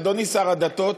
אדוני שר הדתות,